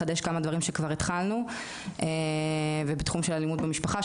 לחדש כמה דברים שכבר התחלנו ובתחום של אלימות במשפחה,